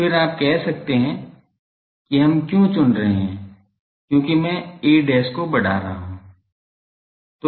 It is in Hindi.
फिर आप कह सकते हैं कि हम क्यों चुन रहे हैं क्योंकि मैं a को बढ़ा रहा हूं